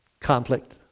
conflict